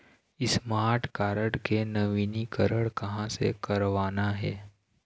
Smart card के नवीनीकरण कहां से करवाना हे?